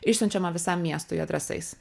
išsiunčiama visam miestui adresais